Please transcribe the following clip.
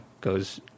goes